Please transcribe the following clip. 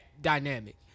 dynamic